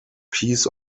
piece